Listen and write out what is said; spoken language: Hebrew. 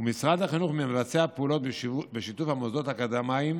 ומשרד החינוך מבצע פעולות בשיתוף המוסדות האקדמיים